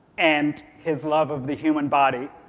and his love of the human body.